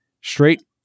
Straight